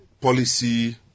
Policy